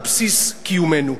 את בסיס קיומנו.